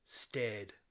stared